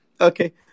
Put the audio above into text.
okay